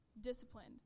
disciplined